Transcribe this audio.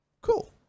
cool